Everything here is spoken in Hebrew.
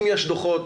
אם יש דוחות,